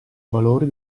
valori